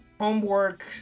Homework